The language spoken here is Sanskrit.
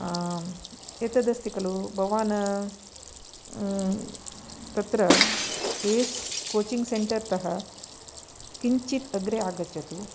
आम् एतत् अस्ति खलु भवान् तत्र एस् कोचिङ्ग् सेन्टर्तः किञ्चित् अग्रे आगच्छतु